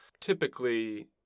typically